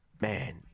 Man